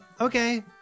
Okay